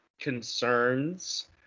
concerns